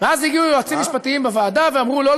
ואז הגיעו יועצים משפטיים בוועדה ואמרו: לא,